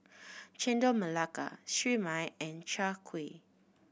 Chendol Melaka Siew Mai and Chai Kuih